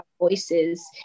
voices